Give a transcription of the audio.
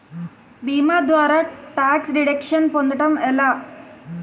భీమా ద్వారా tax deduction పొందటం ఎలా?